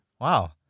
Wow